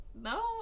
no